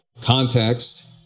context